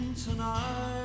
tonight